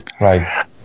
Right